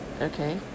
Okay